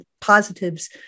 positives